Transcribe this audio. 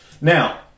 Now